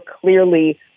clearly